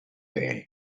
day